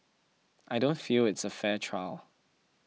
I don't feel it's a fair trial